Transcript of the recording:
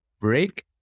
break